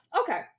Okay